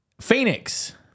Phoenix